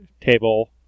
table